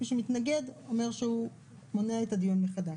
מי שמתנגד אומר שהוא מונע את הדיון מחדש.